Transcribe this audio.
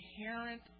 inherent